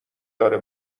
داره